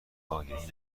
آگهی